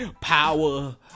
Power